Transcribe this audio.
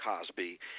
Cosby